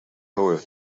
hole